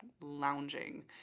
lounging